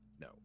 no